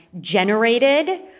generated